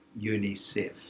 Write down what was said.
UNICEF